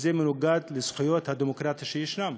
וזה מנוגד לזכויות הדמוקרטיות שישנן.